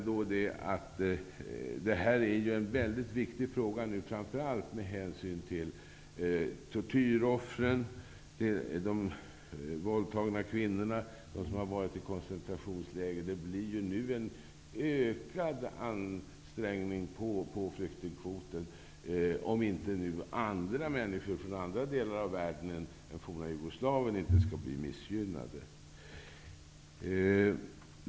Detta är en väldigt viktig fråga med hänsyn till tortyroffren, de våldtagna kvinnorna, de som va rit i koncentrationsläger. Det blir nu en ökad an strängning på flyktingkvoten om inte andra män niskor från andra delar av världen än det forna Ju goslavien skall bli missgynnade.